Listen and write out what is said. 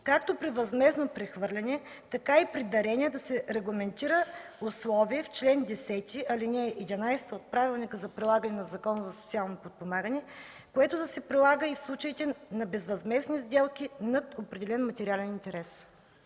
както при възмездно прехвърляне, така и при дарения да се регламентира условие в чл. 10, ал. 11 от Правилника за прилагане на Закона за социално подпомагане, което да се прилага и в случаите на безвъзмездни сделки над определен материален интерес?